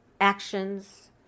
actions